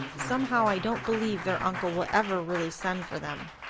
somehow i don't believe their uncle will ever really send for them.